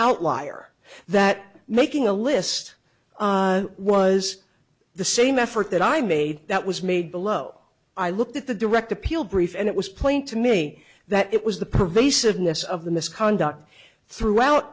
outlier that making a list was the same effort that i made that was made below i looked at the direct appeal brief and it was plain to me that it was the pervasiveness of the misconduct throughout